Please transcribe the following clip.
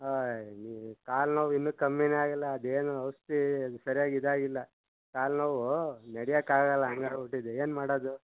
ಅಯ್ಯೋ ನೀವು ಈ ಕಾಲ್ನೋವು ಇನ್ನೂ ಕಮ್ಮಿನೇ ಆಗಿಲ್ಲ ಅದೇನು ಔಷಧಿ ಸರ್ಯಾಗಿ ಇದಾಗಿಲ್ಲ ಕಾಲುನೋವು ನಡೆಯಕಾಗಲ್ಲ ಹಾಗಾಗ್ಬುಟಿದೆ ಏನು ಮಾಡೋದು